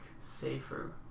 safer